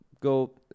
go